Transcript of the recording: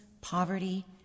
poverty